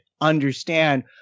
understand